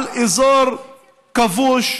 על אזור כבוש,